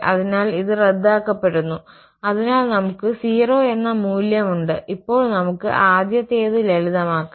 അതിനാൽ ഇത് റദ്ദാക്കപ്പെടുന്നു അതിനാൽ നമ്മൾക്ക് 0 എന്ന മൂല്യം ഉണ്ട് ഇപ്പോൾ നമുക്ക് ആദ്യത്തേത് ലളിതമാക്കാം